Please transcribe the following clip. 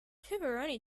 pepperoni